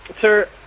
Sir